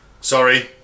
sorry